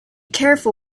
careful